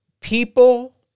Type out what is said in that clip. People